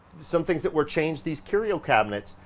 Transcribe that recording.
some things that were changed, these curio cabinets.